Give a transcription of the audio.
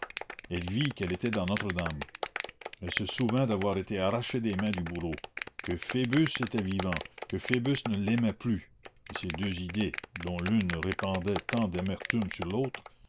elle vit qu'elle était dans notre-dame elle se souvint d'avoir été arrachée des mains du bourreau que phoebus était vivant que phoebus ne l'aimait plus et ces deux idées dont l'une répandait tant d'amertume sur l'autre